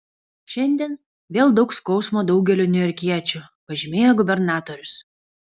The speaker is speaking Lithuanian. šiandien vėl daug skausmo daugeliui niujorkiečių pažymėjo gubernatorius